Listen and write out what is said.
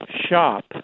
shop